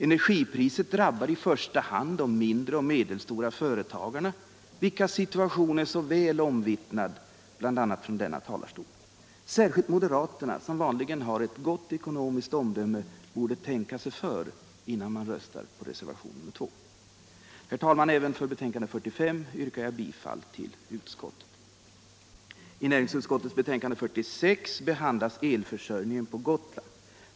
Energipriset drabbar i första hand de mindre och medelstora företagarna, vilkas situation är så väl omvittnad bl.a. från denna talarstol. Särskilt moderaterna, som vanligen har ett gott ekonomiskt omdöme, borde tänka sig för innan man röstar för reservationen 2. Även när det gäller betänkandet nr 45 yrkar jag, herr talman, bifall till utskottets förslag. I näringsutskottets betänkande nr 46 behandlas elförsörjningen på Gotland.